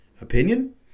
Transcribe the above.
opinion